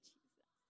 Jesus